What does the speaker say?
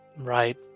Right